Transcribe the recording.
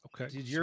Okay